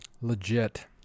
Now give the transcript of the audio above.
Legit